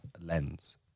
lens